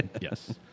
Yes